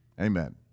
Amen